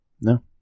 No